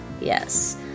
Yes